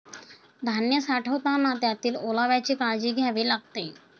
धान्य साठवताना त्यातील ओलाव्याची काळजी घ्यावी लागते